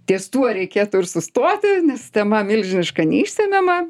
ties tuo reikėtų ir sustoti nes tema milžiniška neišsemiama